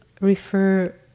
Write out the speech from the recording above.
refer